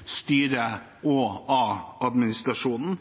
av selskapenes styre og av administrasjonen.